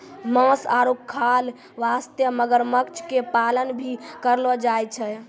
मांस आरो खाल वास्तॅ मगरमच्छ के पालन भी करलो जाय छै